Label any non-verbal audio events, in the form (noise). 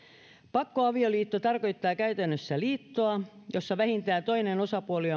pakkoavioliitto tarkoittaa käytännössä liittoa jossa vähintään toinen osapuoli (unintelligible)